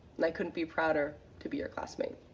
like couldn't be prouder to be your classmate.